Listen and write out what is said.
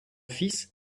fils